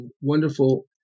wonderful